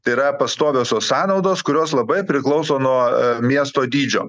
tai yra pastoviosios sąnaudos kurios labai priklauso nuo miesto dydžio